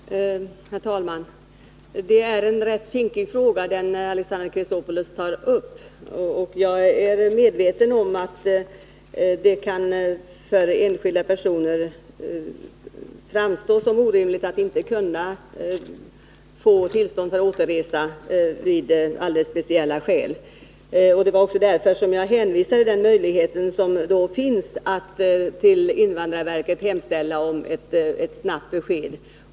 Herr talman! Det är en rätt kinkig fråga som Alexander Chrisopoulos tar upp. Jag är medveten om att det för enskilda personer kan framstå som orimligt att inte kunna få tillstånd för återresa när alldeles speciella skäl föreligger. Det var också därför som jag hänvisade till den möjlighet som finns att hos invandrarverket hemställa om ett snabbt besked.